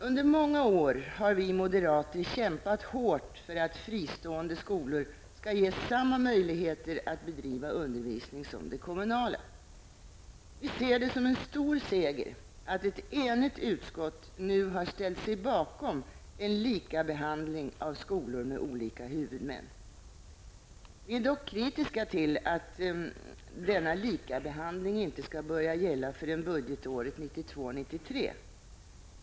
Under många år har vi moderater kämpat hårt för att fristående skolor skall ges samma möjligheter att bedriva undervisning som de kommunala. Vi ser det som en stor seger att ett enigt utskott nu har ställt sig bakom en likabehandling av skolor med olika huvudmän. Vi är dock kritiska till att denna likabehandling inte skall börja gälla förrän budgetåret 1992/93.